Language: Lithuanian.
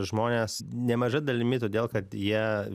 žmonės nemaža dalimi todėl kad jie